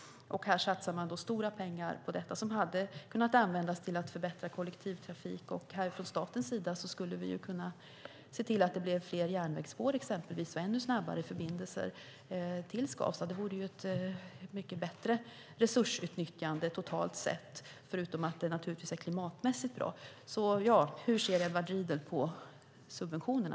Man satsar stora pengar på detta, och de hade kunnat användas till att förbättra kollektivtrafiken. Staten skulle kunna se till att det blev fler järnvägsspår och ännu snabbare förbindelser till Skavsta. Det vore ett mycket bättre resursutnyttjande totalt sett, förutom att det naturligtvis är klimatmässigt bra. Hur ser Edward Riedl på subventionerna?